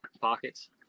pockets